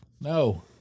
No